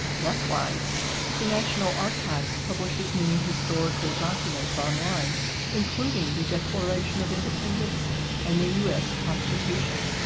likewise the national archives publishes many historical documents online including the declaration of independence and the us constitution.